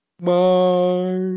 Bye